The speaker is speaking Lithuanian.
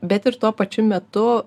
bet ir tuo pačiu metu